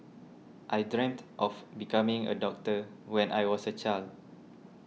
I dreamt of becoming a doctor when I was a child